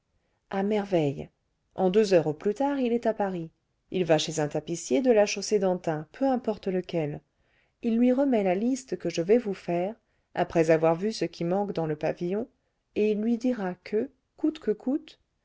à merveille en deux heures au plus tard il est à paris il va chez un tapissier de la chaussée-d'antin peu importe lequel il lui remet la liste que je vais vous faire après avoir vu ce qui manque dans le pavillon et il lui dira que coûte que coûte